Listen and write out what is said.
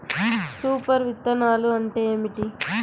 Super విత్తనాలు అంటే ఏమిటి?